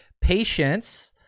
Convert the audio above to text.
Patience